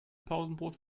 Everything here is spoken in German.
pausenbrot